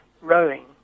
rowing